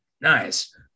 Nice